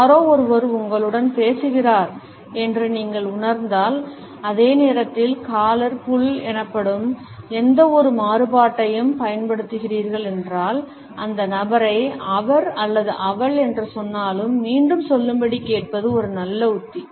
யாரோ ஒருவர் உங்களுடன் பேசுகிறார் என்று நீங்கள் உணர்ந்தால் அதே நேரத்தில் காலர் புல் எனப்படும் எந்தவொரு மாறுபாட்டையும் பயன்படுத்துகிறீர்கள் என்றால் அந்த நபரை அவர் அல்லது அவள் என்ன சொன்னாலும் மீண்டும் சொல்லும்படி கேட்பது ஒரு நல்ல உத்தி